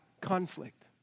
conflict